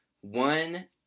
One